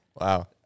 Wow